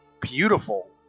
beautiful